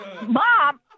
Mom